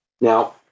Now